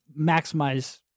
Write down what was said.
maximize